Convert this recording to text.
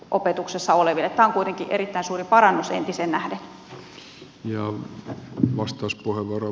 tämä on kuitenkin erittäin suuri parannus entiseen nähden